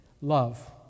Love